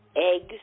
Eggs